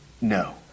No